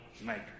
maker